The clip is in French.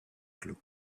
clos